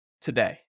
today